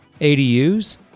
ADUs